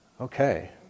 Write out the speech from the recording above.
Okay